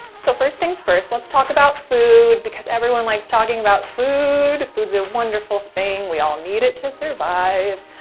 so first things first, let's talk about food because everyone likes talking about food. food is a wonderful thing. we all need it to survive.